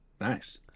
Nice